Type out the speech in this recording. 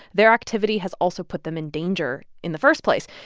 their activity has also put them in danger in the first place.